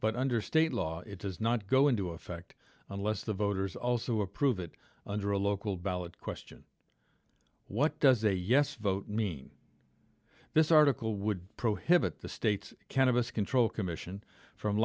but under state law it does not go into effect unless the voters also approve it under a local ballot question what does a yes vote mean this article would prohibit the state's cannabis control commission from